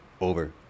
over